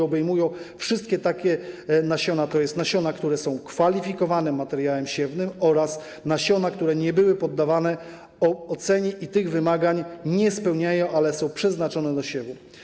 Obejmuje ona wszystkie takie nasiona, tj. nasiona, które są kwalifikowanym materiałem siewnym, oraz nasiona, które nie były poddawane ocenie i tych wymagań nie spełniają, ale są przeznaczone do siewu.